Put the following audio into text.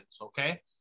okay